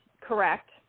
correct